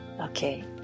Okay